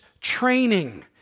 training